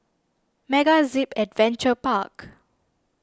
MegaZip Adventure Park